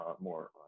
more